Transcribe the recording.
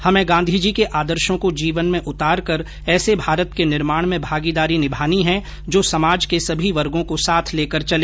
हमे गांधी जी के आदर्शो को जीवन में उतार कर ऐसे भारत के निर्माण में भागीदारी निभानी है जो समाज के सभी वर्गों को साथ लेकर चले